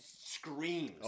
screams